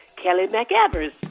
kelly mcevers.